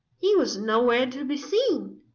he was nowhere to be seen.